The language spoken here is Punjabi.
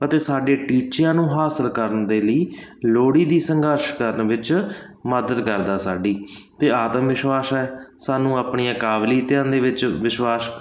ਅਤੇ ਸਾਡੇ ਟੀਚਿਆਂ ਨੂੰ ਹਾਸਿਲ ਕਰਨ ਦੇ ਲਈ ਲੋੜੀਂਦੀ ਸੰਘਰਸ਼ ਕਰਨ ਵਿੱਚ ਮਦਦ ਕਰਦਾ ਸਾਡੀ ਅਤੇ ਆਤਮ ਵਿਸ਼ਵਾਸ ਹੈ ਸਾਨੂੰ ਆਪਣੀਆਂ ਕਾਬਲੀਅਤਾਂ ਦੇ ਵਿੱਚ ਵਿਸ਼ਵਾਸ